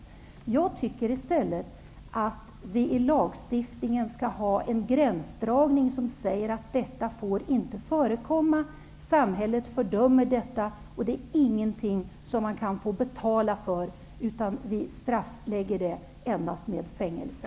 Jag tycker i stället att vi i lagstiftningen skall ha en gränsdragning som säger att detta inte får förekomma, samhället fördömer detta och det är ingenting som man kan få betala för, utan vi strafflägger det endast med fängelse.